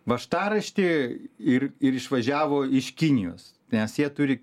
važtaraštį ir ir išvažiavo iš kinijos nes jie turi